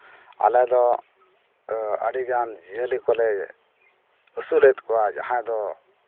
ᱟᱞᱮ ᱫᱚ ᱟᱹᱰᱤᱜᱟᱱ ᱡᱤᱭᱟᱹᱞᱤ ᱠᱚᱞᱮ ᱟᱹᱥᱩᱞᱮᱫ ᱠᱚᱣᱟ ᱡᱟᱦᱟᱸᱭ ᱫᱚ